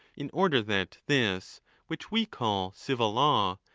in order that this which we call civil law,